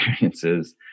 experiences